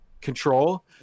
control